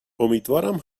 امیدوارم